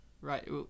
right